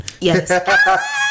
Yes